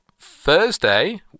Thursday